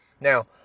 Now